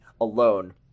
alone